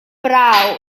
braw